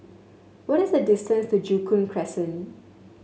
what is the distance to Joo Koon Crescent